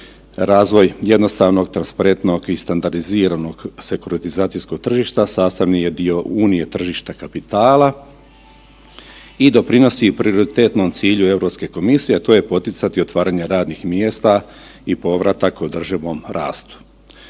Razvoj jednostavnog, transparentnog i standariziranog sekuritizacijskog tržišta sastavni je dio unije tržišta kapitala i doprinosi prioritetnom cilju EU komisije, a to je poticati otvaranje radnih mjesta i povratak održivom rastu.